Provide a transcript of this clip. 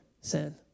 sin